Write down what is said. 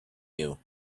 you